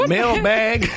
Mailbag